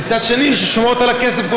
ומצד שני שומרת על הכסף,